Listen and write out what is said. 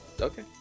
Okay